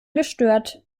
gestört